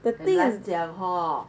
the thing is